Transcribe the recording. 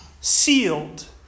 sealed